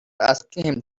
asking